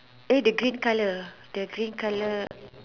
eh the green colour the green colour